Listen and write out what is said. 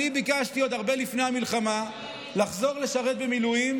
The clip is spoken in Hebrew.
עוד הרבה לפני המלחמה ביקשתי לחזור לשרת במילואים